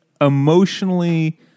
emotionally